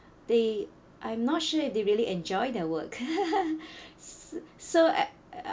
they I'm not sure if they really enjoy their work so I uh